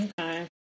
okay